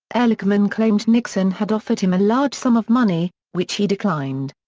ehrlichman claimed nixon had offered him a large sum of money, which he declined.